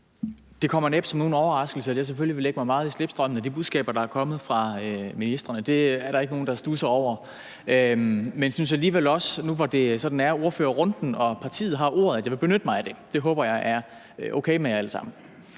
Det kommer næppe som nogen overraskelse, at jeg selvfølgelig vil lægge mig meget i slipstrømmen af de budskaber, der er kommet fra ministrene; det er der ikke nogen der studser over. Men jeg synes alligevel også, at jeg vil benytte mig af, at det nu er ordførerrunden og mit parti har ordet. Det håber jeg er okay med jer alle sammen.